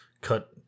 cut